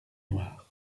noir